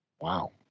Wow